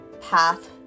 path